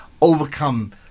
overcome